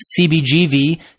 CBGV